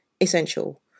essential